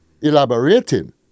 elaborating